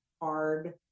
hard